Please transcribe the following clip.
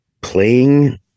playing